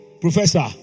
professor